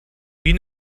wie